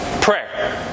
Prayer